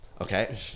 Okay